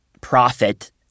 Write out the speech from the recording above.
profit